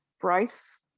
Bryce